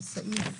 סעיף